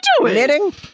knitting